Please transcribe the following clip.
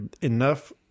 enough